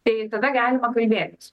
tai tada galima gailėtis